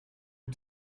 you